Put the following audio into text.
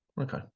Okay